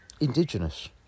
indigenous